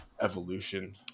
evolution